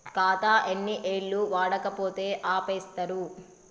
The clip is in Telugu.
ఖాతా ఎన్ని ఏళ్లు వాడకపోతే ఆపేత్తరు?